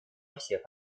всех